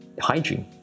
hygiene